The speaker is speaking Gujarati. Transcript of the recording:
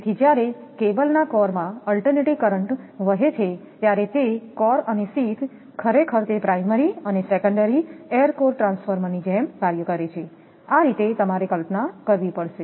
તેથી જ્યારે કેબલના કોર માં અલ્ટરનેટીંગ કરંટ વહે છે ત્યારે તે કોર અને શીથ ખરેખર તે પ્રાયમરી અને સેકન્ડરી એર કોર ટ્રાન્સફોર્મરની જેમ કાર્ય કરે છે આ રીતે તમારે કલ્પના કરવી પડશે